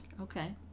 Okay